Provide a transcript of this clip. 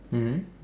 mmhmm